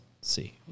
see